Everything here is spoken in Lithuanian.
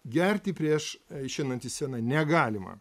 gerti prieš išeinant į sceną negalima